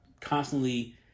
constantly